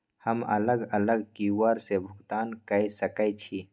हम अलग अलग क्यू.आर से भुगतान कय सके छि?